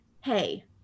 hey